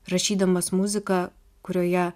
rašydamas muziką kurioje